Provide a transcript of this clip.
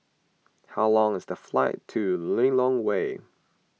how long is the flight to Lilongwe